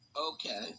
Okay